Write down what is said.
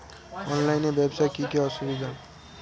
অনলাইনে ব্যবসার কি কি অসুবিধা?